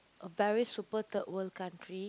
a very super third world country